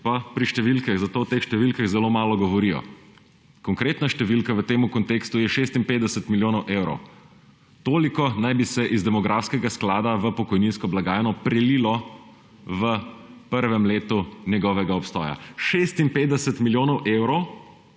pa pri številkah, zato o teh številkah zelo malo govorijo. Konkretna številka v tem kontekstu je 56 milijonov evrov. Toliko naj bi se iz demografskega sklada v pokojninsko blagajno prelilo v prvem letu njegovega obstoja. 56 milijonov evrov